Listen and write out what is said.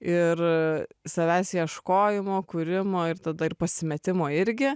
ir savęs ieškojimo kūrimo ir tada ir pasimetimo irgi